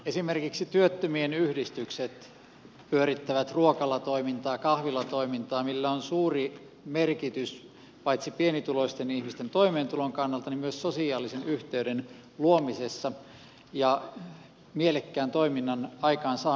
esimerkiksi työttömien yhdistykset pyörittävät ruokalatoimintaa kahvilatoimintaa millä on suuri merkitys paitsi pienituloisten ihmisten toimeentulon kannalta myös sosiaalisen yhteyden luomisessa ja mielekkään toiminnan aikaansaamisessa